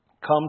Come